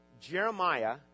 Jeremiah